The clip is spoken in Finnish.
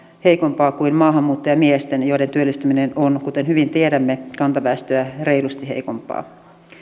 heikompaa kuin maahanmuuttajamiesten joiden työllistyminen on kuten hyvin tiedämme kantaväestöä reilusti heikompaa